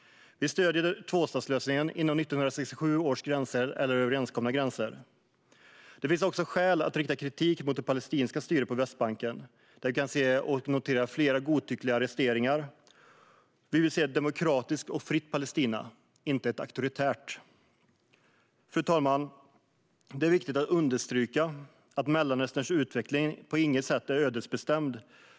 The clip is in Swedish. Vi stöder tvåstatslösningen inom 1967 års gränser eller överenskomna gränser. Det finns skäl att rikta kritik också mot det palestinska styret på Västbanken, där vi har kunnat notera flera godtyckliga arresteringar. Vi vill se ett demokratiskt och fritt Palestina, inte ett auktoritärt. Fru talman! Det är viktigt att understryka att Mellanösterns utveckling på inget sätt är ödesbestämd.